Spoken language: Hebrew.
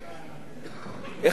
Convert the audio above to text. השיקולים בוויכוח